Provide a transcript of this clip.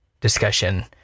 discussion